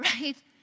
right